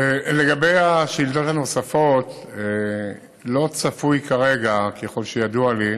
לגבי השאילתות הנוספות, ככל שידוע לי,